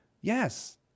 yes